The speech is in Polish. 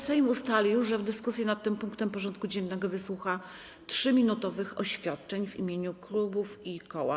Sejm ustalił, że w dyskusji nad tym punktem porządku dziennego wysłucha 3-minutowych oświadczeń w imieniu klubów i koła.